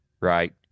right